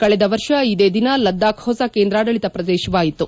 ಕಳೆದ ವರ್ಷ ಇದೇ ದಿನ ಲಡಾಕ್ ಹೊಸ ಕೇಂದ್ರಾಡಳಿತ ಪ್ರದೇಶವಾಯಿತು